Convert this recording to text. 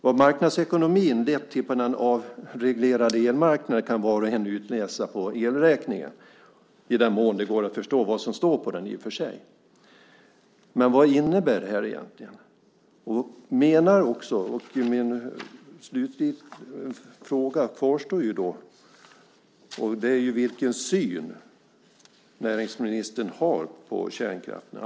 Vad marknadsekonomin har lett till på den avreglerade elmarknaden kan var och en utläsa på elräkningen - i den mån det går att förstå vad som står på den. Men vad innebär det här egentligen? Min fråga kvarstår: Vilken syn har näringsministern på kärnkraften?